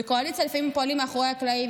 בקואליציה לפעמים פועלים מאחורי הקלעים,